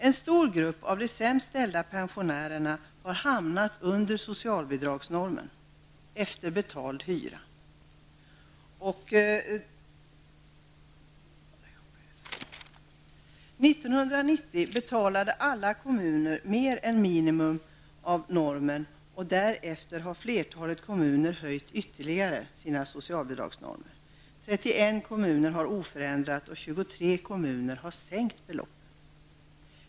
En stor grupp av de sämst ställda pensionärerna har hamnat under socialbidragsnormen, efter betald hyra. 1990 betalade alla kommuner mer än minimum av socialbidragsnormen. Därefter har flertalet kommuner höjt sina normer ytterligare. 31 kommuner har oförändrad norm och 23 kommuner har sänkt beloppet.